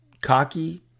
cocky